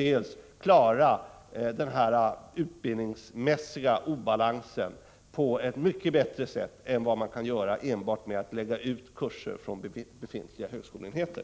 dels kan komma till rätta med den utbildningsmässiga obalansen på ett mycket bättre sätt än vad man kan göra genom att enbart lägga ut kurser från befintliga högskoleenheter.